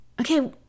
Okay